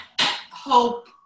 hope